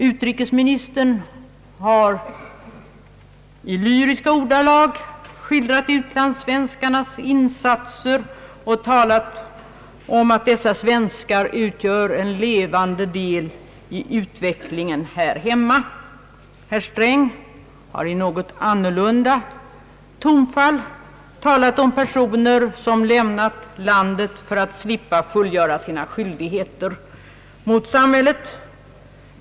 Utrikesministern har i lyriska ordalag skildrat utlandssvenskarnas insatser och talat om att dessa svenskar utgör »en levande del i utvecklingen här hemma». Herr Sträng har i något annorlunda tonfall talat om »personer som lämnat landet för att slippa fullgöra sina skyldigheter mot samhället».